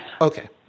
Okay